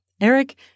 Eric